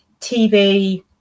TV